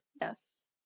Yes